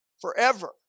Forever